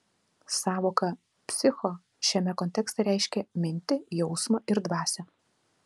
sąvoka psicho šiame kontekste reiškia mintį jausmą ir dvasią